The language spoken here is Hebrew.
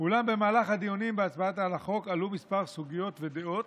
אולם במהלך הדיונים בהצעת החוק עלו כמה סוגיות ודעות.